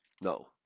No